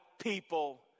people